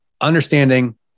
understanding